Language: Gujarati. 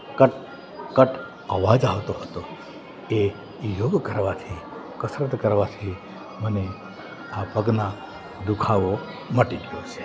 કટ કટ અવાજ આવતો હતો એ યોગ કરવાથી કસરત કરવાથી મને આ પગના દુખાવો મટી ગયો છે